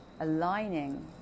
aligning